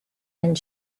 and